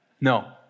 No